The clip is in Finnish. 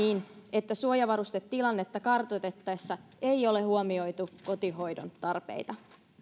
että suojavarustetilannetta kartoitettaessa ei ole huomioitu kotihoidon tarpeita